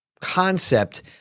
concept